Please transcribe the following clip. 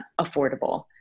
affordable